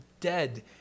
dead